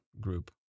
group